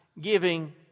giving